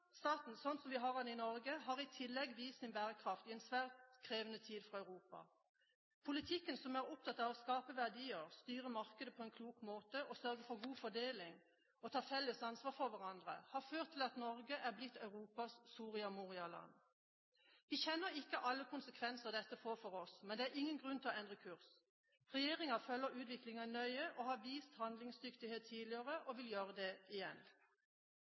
vi har den i Norge, har i tillegg vist sin bærekraft i en svært krevende tid for Europa. Den politikken som er opptatt av å skape verdier, styre markedet på en klok måte, sørge for god fordeling og ta felles ansvar for hverandre, har ført til at Norge er blitt Europas Soria Moria-land. Vi kjenner ikke alle konsekvenser dette får for oss, men det er ingen grunn til å endre kurs. Regjeringen følger utviklingen nøye og har vist handlingsdyktighet tidligere og vil gjøre det igjen.